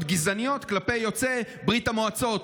גזעניות כלפי יוצאי ברית המועצות,